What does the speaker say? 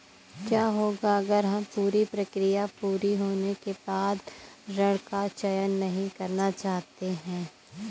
क्या होगा अगर हम पूरी प्रक्रिया पूरी होने के बाद ऋण का चयन नहीं करना चाहते हैं?